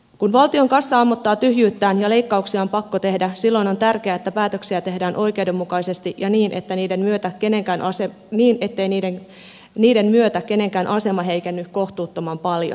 kun valtion kassa ammottaa tyhjyyttään ja leikkauksia on pakko tehdä silloin on tärkeää että päätöksiä tehdään oikeudenmukaisesti ja niin että niiden myötä kenenkäänasiat niin että niin ettei niiden myötä kenenkään asema heikenny kohtuuttoman paljon